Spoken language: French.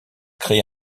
créé